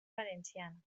valenciana